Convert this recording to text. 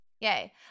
Yay